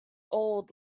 old